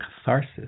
catharsis